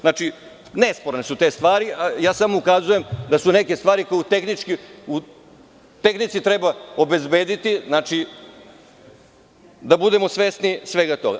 Znači, nesporne su te stvari, ja samo ukazujem da su neke stvari koje u tehnici treba obezbediti, znači, da budemo svesni svega toga.